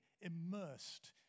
immersed